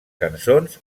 cançons